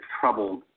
troubled